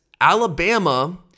Alabama